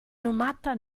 inumata